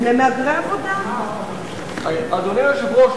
אדוני היושב-ראש,